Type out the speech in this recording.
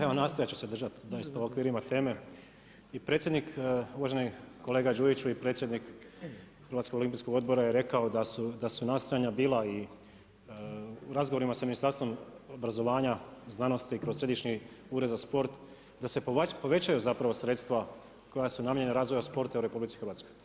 Evo, nastojati ću se držati, u okvirima teme i predsjednik, uvaženi kolega Đujiću i predsjednik, Hrvatskog olimpijskog odbora je rekao da su nastojanja bila i u razgovorima Ministarstva obrazovanja, znanosti i kroz Središnji ured za sport, da se povećaju sredstva koja su namijenjena razvoja sporta u RH.